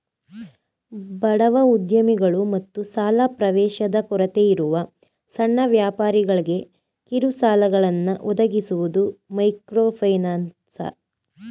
ಬಡವ ಉದ್ಯಮಿಗಳು ಮತ್ತು ಸಾಲ ಪ್ರವೇಶದ ಕೊರತೆಯಿರುವ ಸಣ್ಣ ವ್ಯಾಪಾರಿಗಳ್ಗೆ ಕಿರುಸಾಲಗಳನ್ನ ಒದಗಿಸುವುದು ಮೈಕ್ರೋಫೈನಾನ್ಸ್